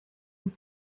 who